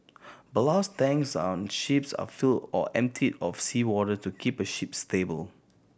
ballast tanks on ships are filled or emptied of seawater to keep a ship stable